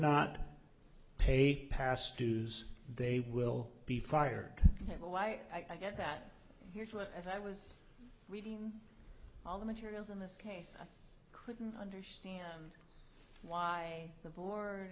not pay past dues they will be fired ever why i get that here's what i was reading all the materials in this case i couldn't understand why the board